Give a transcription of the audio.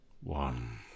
One